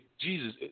Jesus